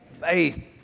faith